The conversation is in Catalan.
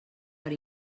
per